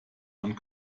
man